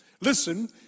listen